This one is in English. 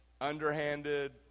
underhanded